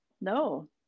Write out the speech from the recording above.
no